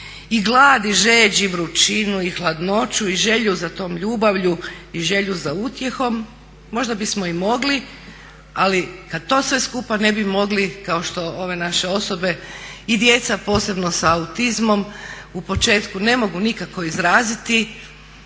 i glad i žeđ i vrućinu i hladnoću i želju za tom ljubavlju i želju za utjehom možda bismo i mogli ali kad to sve skupa ne bi mogli kao što ove naše osobe i djeca posebno sa autizmom u početku ne mogu nikako izraziti